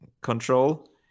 control